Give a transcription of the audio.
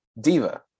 Diva